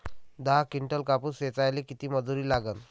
दहा किंटल कापूस ऐचायले किती मजूरी लागन?